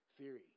theory